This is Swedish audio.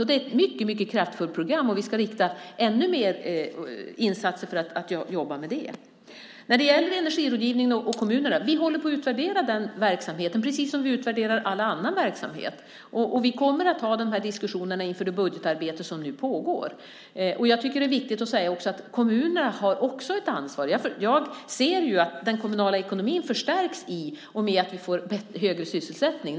Det är ett mycket kraftfullt program, och vi ska rikta ännu mer insatser för att jobba med det. När det gäller energirådgivningen och kommunerna håller vi på att utvärdera den verksamheten, precis som vi utvärderar all annan verksamhet. Vi kommer att föra de här diskussionerna inför det budgetarbete som nu pågår. Jag tycker att det är viktigt att också säga att kommunerna har ett ansvar. Jag ser ju att den kommunala ekonomin förstärks om vi får högre sysselsättning.